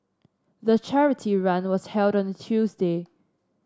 the charity run was held on Tuesday